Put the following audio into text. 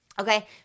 Okay